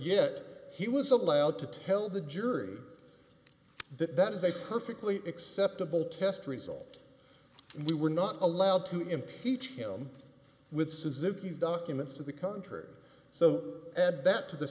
yet he was allowed to tell the jury that that is a perfectly acceptable test result and we were not allowed to impeach him with suzuki's documents to the contrary so add that to the